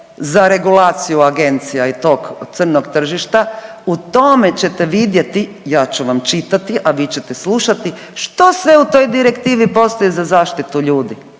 za regulaciju agencija i tog crnog tržišta, u tome ćete vidjeti, ja ću vam čitati, a vi ćete slušati, što sve u toj direktivi postoji za zaštitu ljudi,